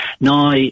Now